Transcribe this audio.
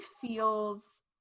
feels